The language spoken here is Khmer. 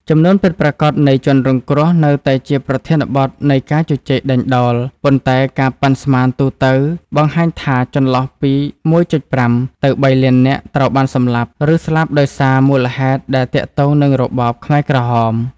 ចំនួនពិតប្រាកដនៃជនរងគ្រោះនៅតែជាប្រធានបទនៃការជជែកដេញដោល ប៉ុន្តែការប៉ាន់ស្មានទូទៅបង្ហាញថាចន្លោះពី ១.៥ ទៅ ៣ លាននាក់ ត្រូវបានសម្លាប់ ឬស្លាប់ដោយសារមូលហេតុដែលទាក់ទងនឹងរបបខ្មែរក្រហម។